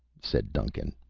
said duncan.